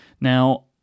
Now